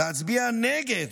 להצביע נגד